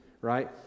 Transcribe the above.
right